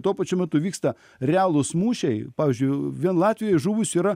tuo pačiu metu vyksta realūs mūšiai pavyzdžiui vien latvijoj žuvusių yra